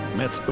met